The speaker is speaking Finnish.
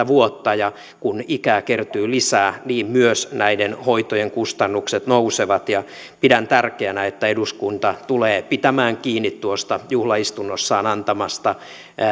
vuotta ja kun ikää kertyy lisää niin myös näiden hoitojen kustannukset nousevat ja pidän tärkeänä että eduskunta tulee pitämään kiinni tuosta juhlaistunnossaan antamastaan